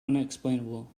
unexplainable